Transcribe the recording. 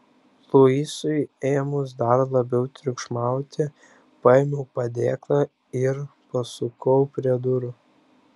luisui ėmus dar labiau triukšmauti paėmiau padėklą ir pasukau prie durų